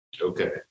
Okay